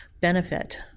benefit